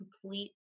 complete